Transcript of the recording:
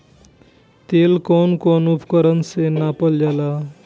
तेल कउन कउन उपकरण से नापल जाला?